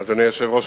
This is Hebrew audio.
אדוני היושב-ראש,